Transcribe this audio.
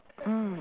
mm